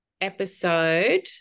episode